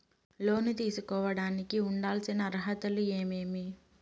లోను తీసుకోడానికి ఉండాల్సిన అర్హతలు ఏమేమి?